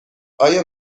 آیا